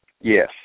yes